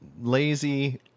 lazy